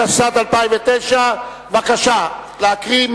התשס"ט 2009. בבקשה להקריא.